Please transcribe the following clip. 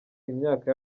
imyaka